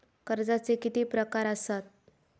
कर्जाचे किती प्रकार असात?